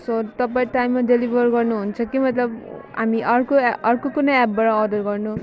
so तपाईँ टाइममा deliver गर्नुहुन्छ कि मतलब हामी अर्कै अर्को कुनै एपबाट अर्डर गर्नु